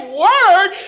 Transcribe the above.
word